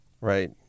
right